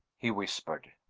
he whispered.